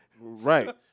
Right